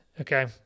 okay